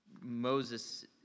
Moses